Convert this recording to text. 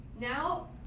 now